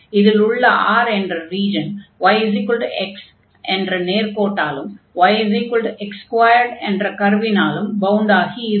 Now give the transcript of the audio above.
இதில் உள்ள R என்ற ரீஜன் yx என்ற நேர்க்கோட்டாலும் yx2 என்ற கர்வினாலும் பவுண்ட் ஆகி இருக்கும்